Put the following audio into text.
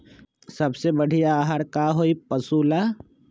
सबसे बढ़िया आहार का होई पशु ला?